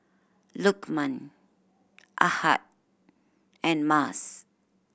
Lukman Ahad and Mas